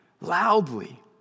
loudly